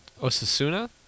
Osasuna